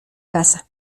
casa